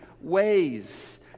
ways